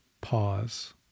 pause